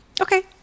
Okay